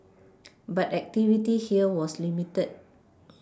but activity here was limited